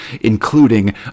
including